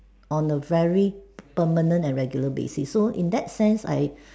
on a very permanent and regular basis so in that sense I